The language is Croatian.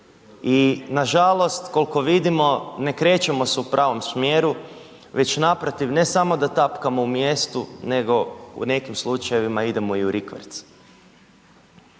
i nažalost koliko vidimo ne krećemo se u pravom smjeru, već naprotiv ne samo da tapkamo u mjestu, nego u nekim slučajevima idemo i u rikverc.